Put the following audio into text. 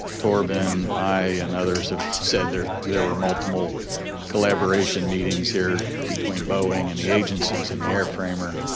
torben, i, and others have said there were there were multiple collaboration meetings here between boeing and the agencies and the airframer,